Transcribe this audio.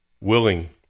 willing